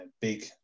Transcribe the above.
big